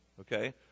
okay